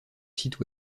sites